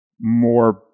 more